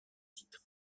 titre